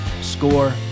Score